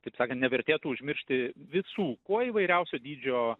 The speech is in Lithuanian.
taip sakant nevertėtų užmiršti visų kuo įvairiausio dydžio